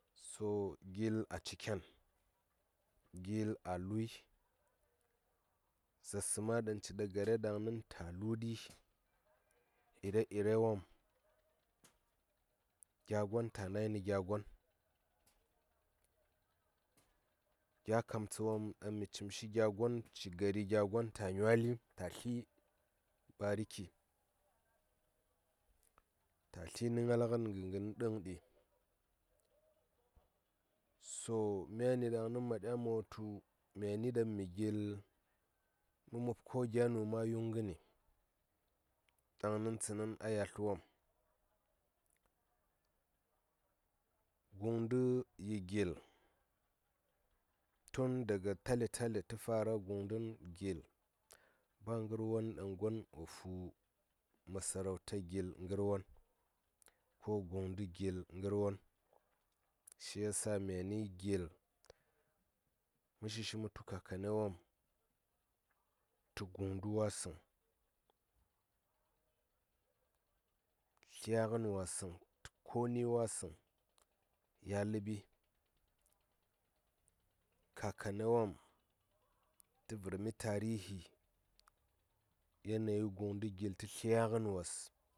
So ghi a ci ken ghil a lui zaarsə ma ɗaŋ ciɗa gares ta luɗi ire ire wom gya gon ta nayi nə gya gon gya kamtsa wom ɗaŋ mi cim shi gya gon ci gari gya gon ta nywali ta tli bariki ta tli nə ngal ngən gə ngən ɗəŋ ɗi, so myani ɗaŋni ma ɗya ma wutu myaani ɗaŋ mi ghil mə mop ko gya nu yun ngəni ɗaŋni tsənin a yalt wom guŋ də yi ghil tun daga tale tale tə fara guŋ dən ghil ba gon won ɗaŋ wo fu masarauta ghil ngər won ko guŋdə ghil ngar won shi ya sa myani ghil mə shi shi mə tu kakani wom tə guŋdə wa səŋ tlya ngən wasəŋ koni wasəŋ yi a ləɓi kakani wom tə vərmi tarihi yanayi guŋdə ghil tə tlya ngən wos.